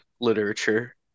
literature